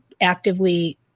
actively